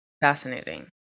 fascinating